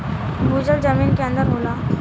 भूजल जमीन के अंदर होला